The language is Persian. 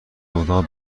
اتاق